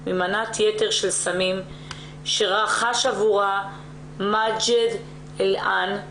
ממנת יתר של סמים שרכש עבורה מאג'ד אליען,